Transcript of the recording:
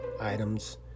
items